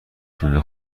فیلم